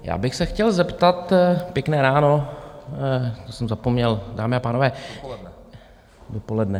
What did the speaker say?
Já bych se chtěl zeptat pěkné ráno, to jsem zapomněl, dámy a pánové dopoledne.